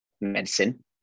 medicine